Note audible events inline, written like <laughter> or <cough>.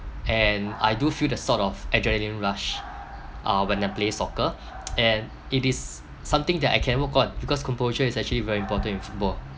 and I do feel the sort of adrenaline rush uh when I'm playing soccer <noise> and it is s~ something that I can work on because composure is actually very important with both